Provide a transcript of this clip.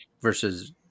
versus